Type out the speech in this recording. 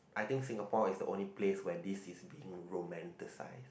I think Singapore is the only place where this is being romanticize